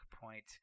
point